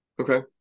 Okay